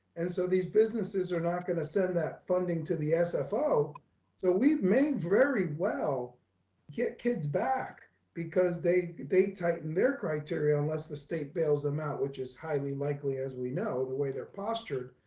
and so these businesses are not gonna send that funding to the sfo. so we've made very well get kids back because they, they tighten their criteria unless the state bails them out, which is highly likely as we know the way they're postured.